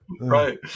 Right